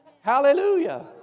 Hallelujah